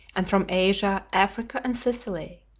and from asia, africa, and sicily.